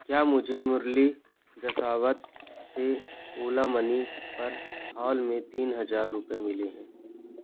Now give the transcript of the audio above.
क्या मुझे मुरली जसावत से ओला मनी पर हाल में तीन हज़ार रुपये मिले हैं